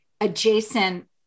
adjacent